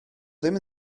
ddim